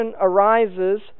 arises